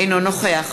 אינו נוכח